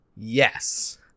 Yes